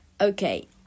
okay